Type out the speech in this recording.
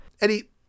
Eddie